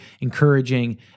encouraging